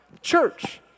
church